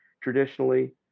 traditionally